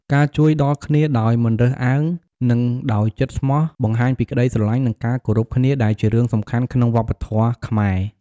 ការជួយដល់គ្នាដោយមិនរើសអើង និងដោយចិត្តស្មោះបង្ហាញពីក្តីស្រឡាញ់ និងការគោរពគ្នាដែលជារឿងសំខាន់ក្នុងវប្បធម៌ខ្មែរ។